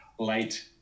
light